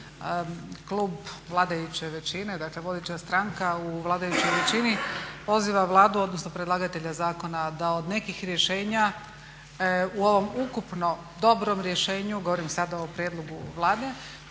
klub vladajuće većine, dakle vodeća stranka u vladajućoj većini poziva Vladu odnosno predlagatelja zakona da od nekih rješenja u ovom ukupno dobrom rješenju, govorim sad o prijedlogu Vlade,